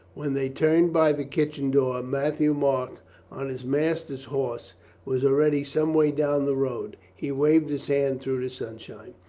when they turned by the kitchen door matthieu-marc on his master's horse was already some way down the road. he waved his hand through the sunshine.